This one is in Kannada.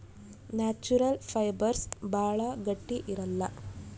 ನ್ಯಾಚುರಲ್ ಫೈಬರ್ಸ್ ಭಾಳ ಗಟ್ಟಿ ಇರಲ್ಲ